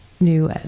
new